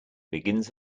begins